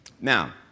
Now